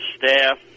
staff